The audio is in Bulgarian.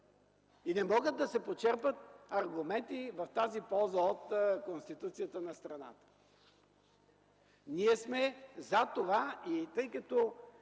Не могат да се почерпят аргументи в тази полза от Конституцията на страната. Ние сме за това и тъй като